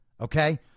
okay